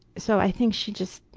so i think she just,